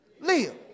live